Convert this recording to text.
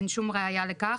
אין שום ראייה לכך,